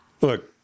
Look